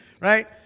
right